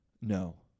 No